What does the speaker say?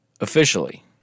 officially